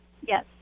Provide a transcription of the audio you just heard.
Yes